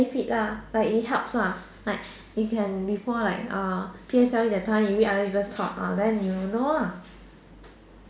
you benefit ah like it helps ah like you can before like ah P_S_L_E that time you read other people thoughts ah then you know ah